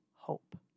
hope